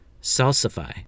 salsify